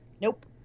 Nope